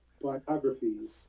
biographies